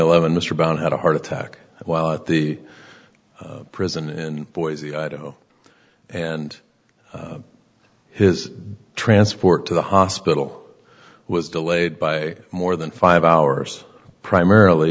in mr brown had a heart attack while at the prison in boise idaho and his transport to the hospital was delayed by more than five hours primarily